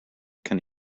can